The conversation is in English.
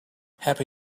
happy